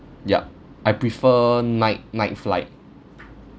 yup I prefer night night flight